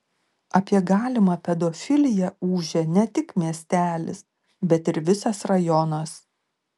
apie galimą pedofiliją ūžė ne tik miestelis bet ir visas rajonas